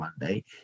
Monday